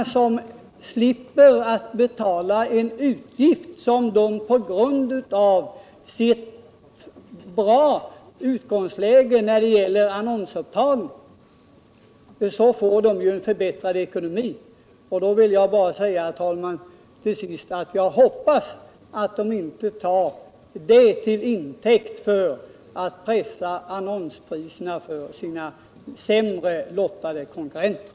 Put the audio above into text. När de slipper betala en utgift — på grund av sitt goda utgångsläge när det gäller annonsupptagning — får de en förbättrad ekonomi. Jag vill bara säga till sist, herr talman, att jag hoppas att de inte med hjälp av det försöker pressa annonspriserna för sina sämre lottade konkurrenter.